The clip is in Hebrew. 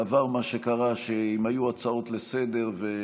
בעבר מה שקרה הוא שאם היו הצעות לסדר-היום